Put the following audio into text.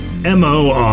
M-O-R